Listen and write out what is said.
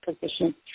position